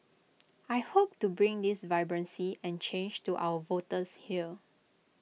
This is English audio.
I hope to bring this vibrancy and change to our voters here